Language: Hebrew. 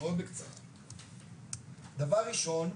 דבר ראשון,